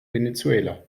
venezuela